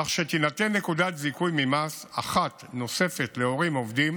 כך שתינתן נקודת זיכוי ממס אחת נוספת להורים עובדים